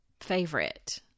favorite